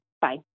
Bye